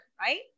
right